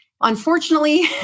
Unfortunately